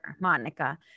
Monica